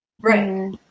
Right